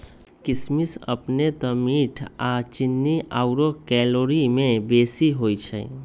किशमिश अपने तऽ मीठ आऽ चीन्नी आउर कैलोरी में बेशी होइ छइ